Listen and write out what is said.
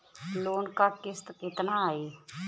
Loan क किस्त कितना आई?